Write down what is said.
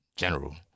General